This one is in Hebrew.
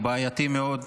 הוא בעייתי מאוד.